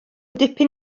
dipyn